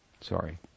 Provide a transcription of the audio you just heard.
Sorry